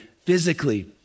physically